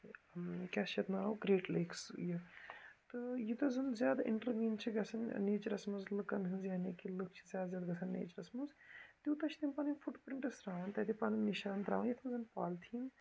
کیٛاہ چھُ اتھ ناو کریٹ لیکٕس یہِ تہٕ یوٗتاہ زن زیادٕ اِنٛٹرمیٖن چھِ گَژھان نیٚچرس منٛز لُکن ہٕنٛز یعنی کہِ لُکھ چھِ زیادٕ زیادٕ گَژھان نیٚچرس منٛز تیٛوٗتاہ چھِ تِم پنٕنۍ فُٹ پرٛنٛٹٕس ترٛاوَن تَتہِ پنٕنۍ نِشان ترٛاون یِتھٕ کٔنۍ زن پالتھیٖن